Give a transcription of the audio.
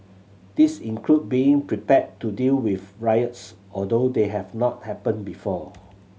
these include being prepared to deal with riots although they have not happened before